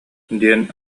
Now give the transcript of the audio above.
диэн